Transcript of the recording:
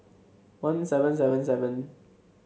one seven seven seven